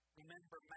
remember